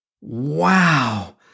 Wow